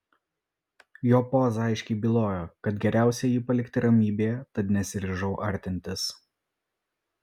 jo poza aiškiai bylojo kad geriausia jį palikti ramybėje tad nesiryžau artintis